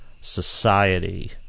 society